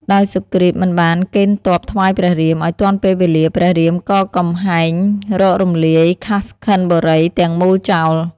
ដោយសុគ្រីពមិនបានកេណ្ឌទ័ណ្ឌថ្វាយព្រះរាម ឱ្យទាន់ពេលវេលាព្រះរាមក៏កំហែង រករំលាយ ខាស់ខិនបុរី ទាំងមូលចោល។